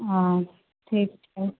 हॅं खेत छै